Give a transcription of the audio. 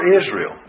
Israel